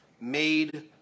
made